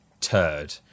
turd